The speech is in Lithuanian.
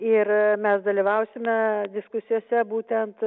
ir mes dalyvausime diskusijose būtent